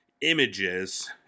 images